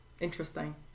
Interesting